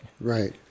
Right